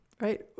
right